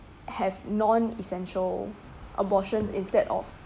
have non essential abortions instead of